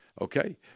okay